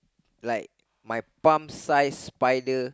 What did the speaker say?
like my palm size spider